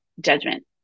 judgment